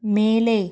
மேலே